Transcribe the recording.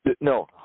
No